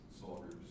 soldiers